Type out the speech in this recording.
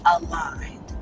aligned